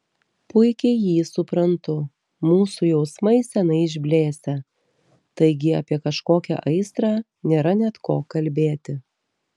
puikiai jį suprantu mūsų jausmai seniai išblėsę taigi apie kažkokią aistrą nėra net ko kalbėti